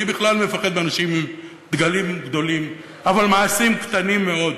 אני בכלל מפחד מאנשים עם דגלים גדולים אבל עם מעשים קטנים מאוד.